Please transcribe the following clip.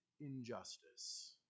injustice